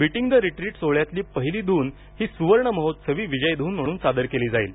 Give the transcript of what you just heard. beating the retreat सोहळ्यातली पहिली धून ही सुवर्णमहोत्सवी विजय धून म्हणून सादर केली जाईल